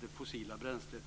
det fossila bränslet.